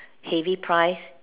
heavy price